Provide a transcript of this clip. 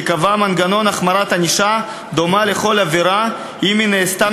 שקבע מנגנון החמרת ענישה דומה על כל עבירה אם היא נעשתה